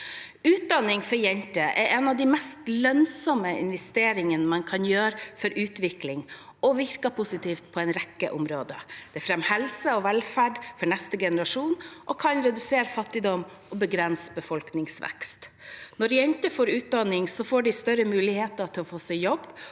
Utdanning for jenter er en av de mest lønnsomme investeringene man kan gjøre for utvikling, og virker positivt på en rekke områder. Det fremmer helse og velferd for neste generasjon og kan redusere fattigdom og begrense befolkningsvekst. Når jenter får utdanning, får de større muligheter til å få seg jobb